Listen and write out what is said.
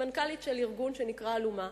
היא מנכ"לית של ארגון שנקרא "אלומה".